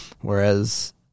Whereas